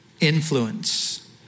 influence